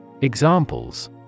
Examples